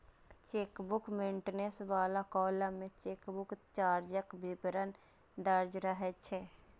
chequebook maintenance बला column मे chequebook चार्जक विवरण दर्ज रहै छै